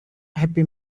happy